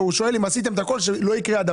הוא שואל האם עשיתם הכול כדי שזה לא יקרה.